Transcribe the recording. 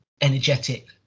energetic